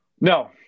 No